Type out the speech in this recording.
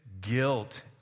guilt